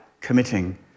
committing